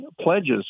pledges